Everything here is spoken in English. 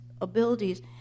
abilities